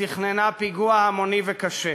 שתכננה פיגוע המוני קשה.